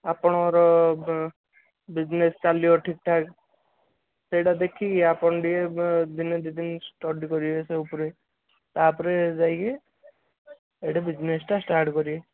ଆପଣଙ୍କର ବିଜିନେସ୍ ଚାଲିବ ଠିକ୍ ଠାକ୍ ସେଇଟା ଦେଖିକି ଆପଣ ଟିକେ ଦିନେ ଦୁଇ ଦିନ ଷ୍ଟଡ଼ି କରିବେ ତା ଉପରେ ତା'ପରେ ଯାଇକିରି ଏଇଠି ବିଜିନେସ୍ଟା ଷ୍ଟାର୍ଟ କରିବେ